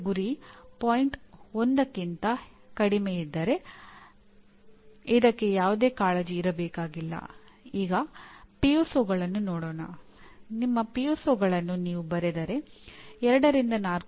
ಗುರಿ ನಿಗದಿಗೆ ಸಂಬಂಧಿಸಿದಂತೆ ನೀವು ಎಷ್ಟರಮಟ್ಟಿಗೆ ಕಾರ್ಯನಿರ್ವಹಿಸಿದ್ದೀರಿ ಎಂಬುದನ್ನು ನೀವು ಪರಿಶೀಲಿಸುತ್ತೀರಿ ಮತ್ತು ಗುರಿಯಿಂದ ವಿಚಲನವಿದ್ದರೆ ಅದಕ್ಕಾಗಿ ನೀವು ಕಾರ್ಯನಿರ್ವಹಿಸಬೇಕು